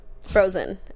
frozen